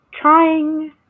trying